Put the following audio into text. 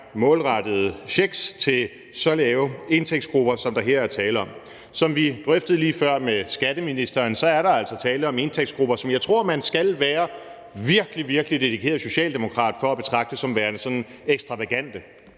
målrettede checks til grupper med så lav indtægt, som der her er tale om. Som vi drøftede lige før med skatteministeren, er der altså tale om indtægtsgrupper, som jeg tror man skal være virkelig, virkelig dedikeret socialdemokrat for at betragte som værende sådan ekstravagante.